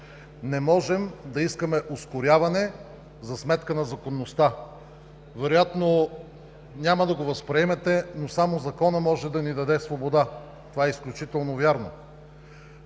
Не можем да искаме ускоряване за сметка на законността. Вероятно няма да го възприемете, но само Законът може да ни даде свобода. Това е изключително вярно.